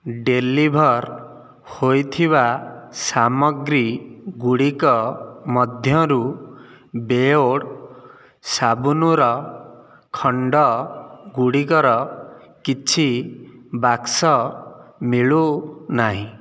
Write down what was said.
deliver ହୋଇଥିବା ସାମଗ୍ରୀଗୁଡ଼ିକ ମଧ୍ୟରୁ ବେୟର୍ଡ଼ୋ ସାବୁନର ଖଣ୍ଡ ଗୁଡ଼ିକର କିଛି ବାକ୍ସ ମିଳୁନାହିଁ